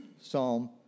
psalm